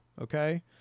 okay